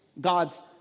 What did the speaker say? God's